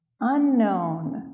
Unknown